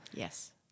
yes